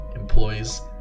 employees